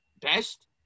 best